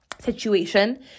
situation